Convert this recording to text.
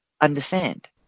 understand